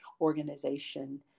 organization